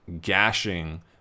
gashing